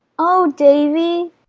oh, davy,